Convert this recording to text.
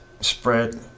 spread